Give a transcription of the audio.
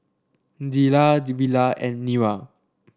Zillah Villa and Nira